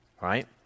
right